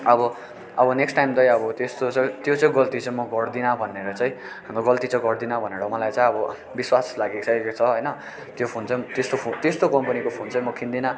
अब अब next time चाहिँ अब त्यस्तो चाहिँ त्यो चाहिँ गल्ती चाहिँ म गर्दिनँ भनेर चाहिँ गल्ती चाहिँ गर्दिनँ भनेर मलाई चाहिँ अब विश्वास लागिसकेको छ होइन त्यो फोन चाहिँ त्यस्तो फो त्यस्तो कम्पनीको फोन चाहिँ म किन्दिनँ